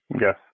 Yes